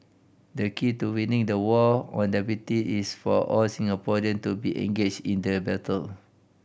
the key to winning the war on diabetic is for all Singaporean to be engaged in the battle